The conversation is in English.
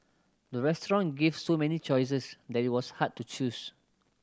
the restaurant gave so many choices that it was hard to choose